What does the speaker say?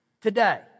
Today